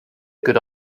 good